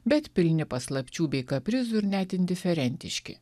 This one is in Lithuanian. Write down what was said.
bet pilni paslapčių bei kaprizų ir net indiferentiški